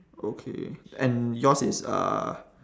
okay and yours is uh